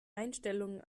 einstellungen